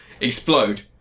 explode